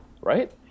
right